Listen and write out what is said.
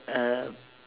uh